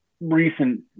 recent